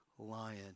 Lion